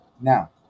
Now